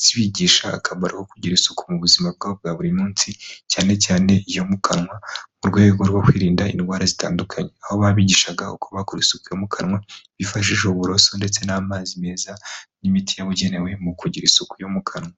zibigisha akamaro ko kugira isuku mu buzima bwabo bwa buri munsi cyane cyane iyo mu mukanwa, mu rwego rwo kwirinda indwara zitandukanye. Aho babigishaga uko bakora isuku yo mu kanwa bifashishije uburoso ndetse n'amazi meza n'imiti yabugenewe mu kugira isuku yo mu kanwa.